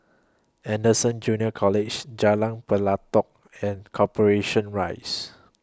Anderson Junior College Jalan Pelatok and Corporation Rise